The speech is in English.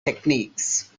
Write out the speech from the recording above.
techniques